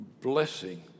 blessing